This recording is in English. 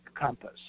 compass